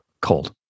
cold